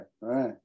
right